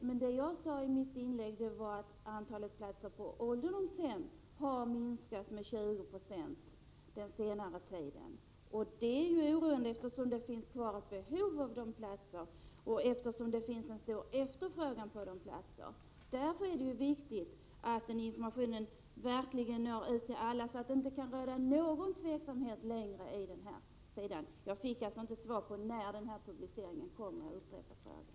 Men det jag sade i mitt inlägg var att antalet platser på ålderdomshem har minskat med 20 96 under senare tid, och det är oroande eftersom det finns kvar ett behov av sådana platser och eftersom det finns stor efterfrågan på de platserna. Därför är det viktigt att informationen verkligen når ut till alla, så att det inte längre kan råda någon osäkerhet. Jag fick inte något svar på frågan när publiceringen kommer att ske.